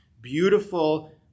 beautiful